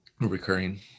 Recurring